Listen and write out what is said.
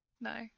No